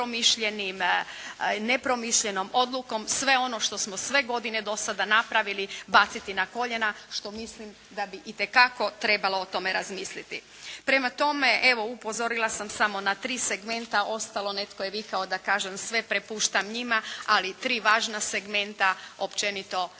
nepromišljenom odlukom sve ono što smo sve godine do sada napravili baciti na koljena što mislim da bi itekako trebalo o tome razmisliti. Prema tome, evo upozorila sam samo na tri segmenta ostalo, netko je vikao da kažem sve prepuštam njima ali tri važna segmenta općenito za